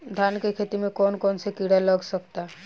धान के खेती में कौन कौन से किड़ा लग सकता?